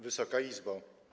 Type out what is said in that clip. Wysoka Izbo!